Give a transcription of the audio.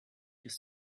ist